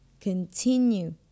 continue